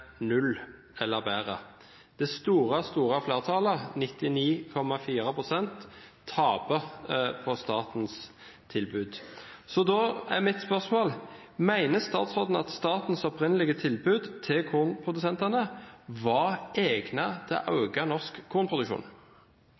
null eller bedre. Det store flertallet, 99,4 pst., taper på statens tilbud. Da er mitt spørsmål: Mener statsråden at statens opprinnelige tilbud til kornprodusentene var egnet til å øke norsk kornproduksjon?